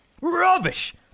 Rubbish